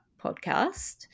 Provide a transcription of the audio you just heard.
podcast